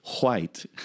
White